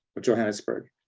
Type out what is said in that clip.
but johannesburg.